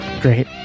great